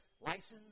license